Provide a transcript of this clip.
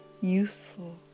youthful